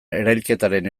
erailketaren